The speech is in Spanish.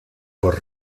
por